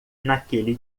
naquele